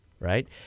Right